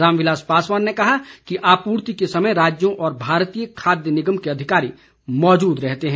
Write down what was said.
राम विलास पासवान ने कहा कि आपूर्ति के समय राज्यों और भारतीय खाद्य निगम के अधिकारी मौजूद रहते हैं